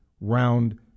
round